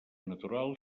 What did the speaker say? natural